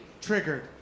Triggered